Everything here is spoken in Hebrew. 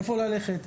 איפה ללכת,